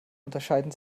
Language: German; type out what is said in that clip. unterscheiden